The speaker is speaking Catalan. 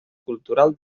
cultural